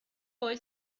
boy